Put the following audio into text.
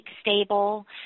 stable